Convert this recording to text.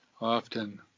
often